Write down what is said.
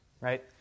right